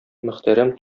мөхтәрәм